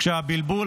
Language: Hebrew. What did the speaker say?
כשהבלבול,